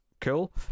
cool